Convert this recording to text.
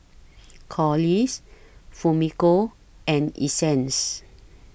Corliss Fumiko and Essence